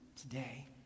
today